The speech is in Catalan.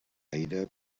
aire